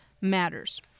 matters